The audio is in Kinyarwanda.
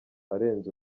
arenze